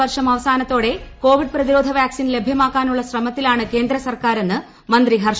രാജ്യത്ത് ഈ വർഷം അവസാനത്തോടെ കോവിഡ് പ്രതിരോധ വാക്സിൻ ലഭ്യമാക്കാനുള്ള ശ്രമത്തിലാണ് കേന്ദ്ര സർക്കാരെന്ന് മന്ത്രി ഹർഷ വർധൻ